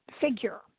figure